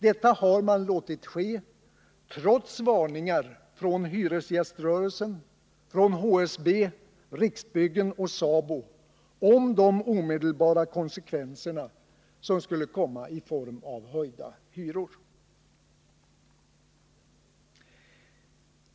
Detta har man låtit ske trots varningar från hyresgäströrelsen, HSB, Riksbyggen och SABO om de omedelbara konsekvenserna i form av höjda hyror.